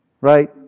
Right